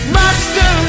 Master